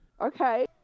Okay